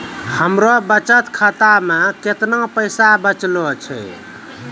हमरो बचत खाता मे कैतना पैसा बचलो छै?